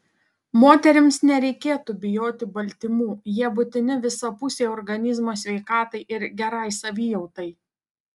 moterims nereikėtų bijoti baltymų jie būtini visapusei organizmo sveikatai ir gerai savijautai